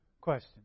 Question